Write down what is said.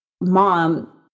Mom